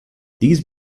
these